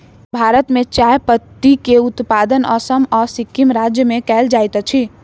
भारत में चाह पत्ती के उत्पादन असम आ सिक्किम राज्य में कयल जाइत अछि